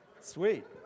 Sweet